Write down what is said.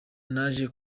naje